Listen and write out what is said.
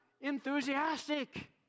enthusiastic